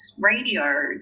radio